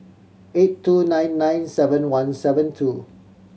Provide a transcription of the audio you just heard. eight two nine nine seven one seven two